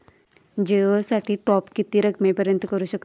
जिओ साठी टॉप किती रकमेपर्यंत करू शकतव?